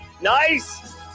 Nice